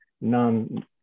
non